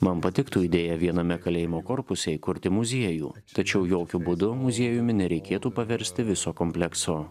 man patiktų idėja viename kalėjimo korpuse įkurti muziejų tačiau jokiu būdu muziejumi nereikėtų paversti viso komplekso